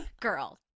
Girl